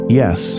yes